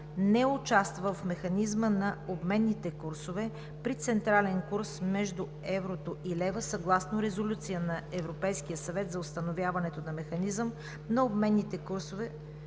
не участва в Механизма на обменните курсове (Exchange Rate Mechanism II) при централен курс между еврото и лева съгласно Резолюция на Европейския съвет за установяването на механизъм на обменните курсове